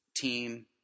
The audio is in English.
team